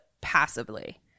passively